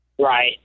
right